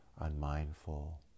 unmindful